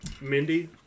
Mindy